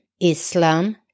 Islam